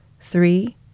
three